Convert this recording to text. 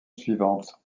suivante